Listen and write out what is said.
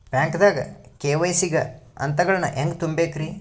ಬ್ಯಾಂಕ್ದಾಗ ಕೆ.ವೈ.ಸಿ ಗ ಹಂತಗಳನ್ನ ಹೆಂಗ್ ತುಂಬೇಕ್ರಿ?